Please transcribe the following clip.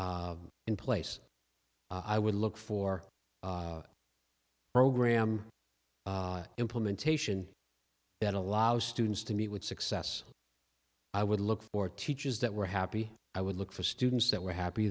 in place i would look for program implementation that allows students to meet with success i would look for teachers that were happy i would look for students that were happy